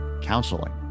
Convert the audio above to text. counseling